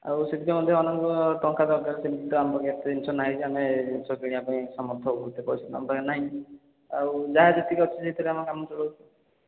ଆଉ ସେଥିପାଇଁ ମଧ୍ୟ ଟଙ୍କା ଦରକାର ଏତେ ଜିନିଷ ନାହିଁ ଯେ ଆମେ ଜିନିଷ କିଣିବା ପାଇଁ ସମର୍ଥ ହେବୁ ଏତେ ପଇସା ତ ଆମ ପାଖେ ନାହିଁ ଆଉ ଯାହା ଯେତିକି ଅଛି ସେଥିରେ ଆମେ କାମ ଚଳାଉଛୁ